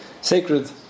sacred